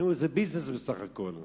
נו, זה ביזנס בסך הכול.